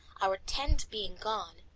our tent being gone,